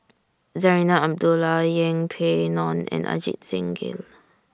Zarinah Abdullah Yeng Pway Ngon and Ajit Singh Gill